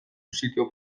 sitio